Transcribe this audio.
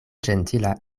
ĝentila